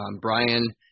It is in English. Brian